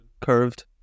curved